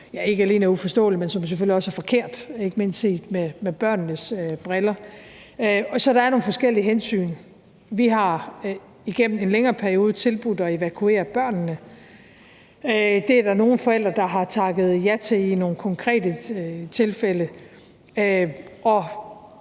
som ikke alene er uforståelig, men som selvfølgelig også er forkert, ikke mindst set med børnenes briller. Så der er jo nogle forskellige hensyn. Vi har igennem en længere periode tilbudt at evakuere børnene. Det er der nogle forældre der har takket ja til i nogle konkrete tilfælde,